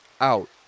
out